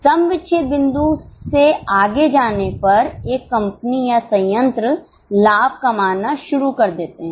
सम विच्छेद बिंदु से आगे जाने पर एक कंपनी या संयंत्र लाभ कमाना शुरू कर देते हैं